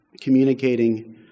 communicating